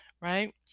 right